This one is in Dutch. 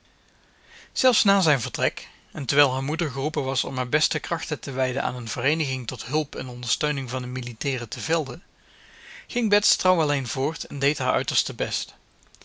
zelfs na zijn vertrek en terwijl haar moeder geroepen was om haar beste krachten te wijden aan een vereeniging tot hulp en ondersteuning van de militairen te velde ging bets trouw alleen voort en deed haar uiterste best